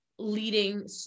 leading